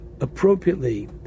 appropriately